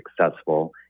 successful